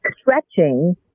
stretching